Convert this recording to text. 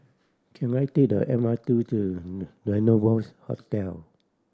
can I take the M R T to Rendezvous Hotel